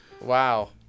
Wow